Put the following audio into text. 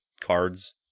cards